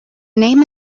name